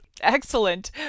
Excellent